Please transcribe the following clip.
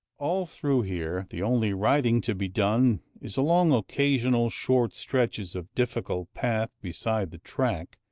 all through here the only riding to be done is along occasional short stretches of difficult path beside the track,